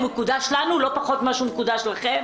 הוא מקודש לנו לא פחות ממה שהוא מקודש לכם,